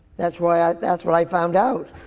that's why i, that's what i found out.